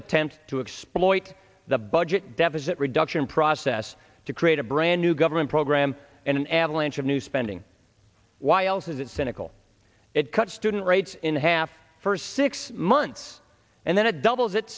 attempt to exploit the budget deficit reduction process to create a brand new government program and an avalanche of new spending why else is it cynical it cut student rates in half for six months and then it doubles